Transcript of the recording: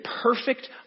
perfect